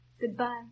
Goodbye